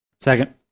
Second